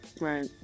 Right